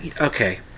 okay